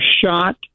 shot